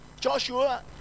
Joshua